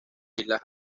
islas